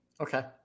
Okay